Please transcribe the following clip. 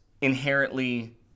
inherently